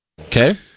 Okay